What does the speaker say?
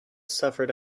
suffered